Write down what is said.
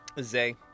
Zay